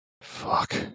Fuck